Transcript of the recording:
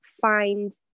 find